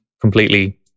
completely